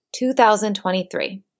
2023